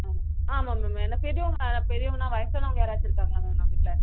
ஆமாம் ஆமாம் மேம் ஏன்னா பெரியவங்க பெரியவங்கன்னா வயசானவங்க யாராச்சும் இருக்காங்களா மேம் நம்ம வீட்டில்